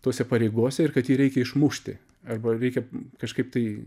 tose pareigose ir kad jį reikia išmušti arba reikia kažkaip tai